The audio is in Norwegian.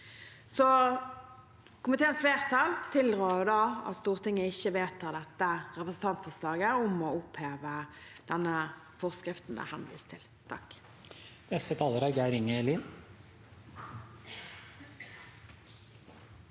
Komiteens flertall tilrår at Stortinget ikke vedtar dette representantforslaget om å oppheve forskriften det er henvist til. Geir